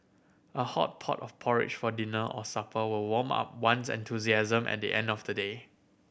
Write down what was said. a hot pot of porridge for dinner or supper will warm up one's enthusiasm at the end of today